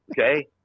Okay